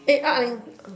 are are you